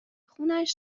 خونش